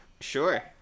Sure